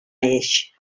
eix